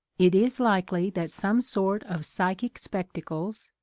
it is likely that some sort of psychic spectacles,